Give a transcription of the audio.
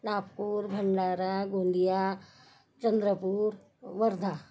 Nagpur Bhandara Gondia Chandrapur Wardha